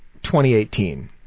2018